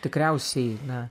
tikriausiai na